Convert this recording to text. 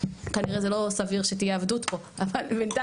כנראה זה לא סביר שתהיה עבודות פה בינתיים,